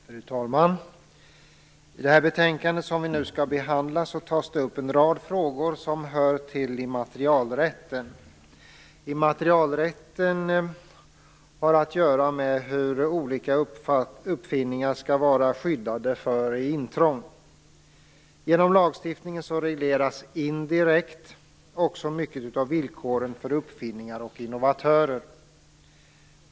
Fru talman! I det betänkande som vi nu skall behandla tas det upp en rad frågor som hör till immaterialrätten. Immaterialrätten har att göra med hur olika uppfinningar skall vara skyddade för intrång. Genom lagstiftningen regleras indirekt också mycket av villkoren för uppfinnare och innovatörer.